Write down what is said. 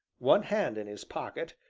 one hand in his pocket,